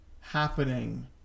happening